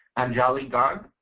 anjali garg,